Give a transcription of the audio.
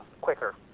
quicker